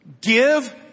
Give